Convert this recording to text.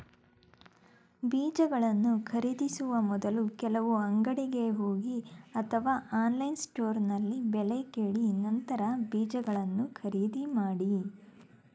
ಬೀಜಗಳನ್ನು ಖರೀದಿಸೋ ಮೊದ್ಲು ಕೆಲವು ಅಂಗಡಿಗೆ ಹೋಗಿ ಅಥವಾ ಆನ್ಲೈನ್ ಸ್ಟೋರ್ನಲ್ಲಿ ಬೆಲೆ ಕೇಳಿ ನಂತರ ಬೀಜಗಳನ್ನ ಖರೀದಿ ಮಾಡಿ